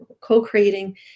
co-creating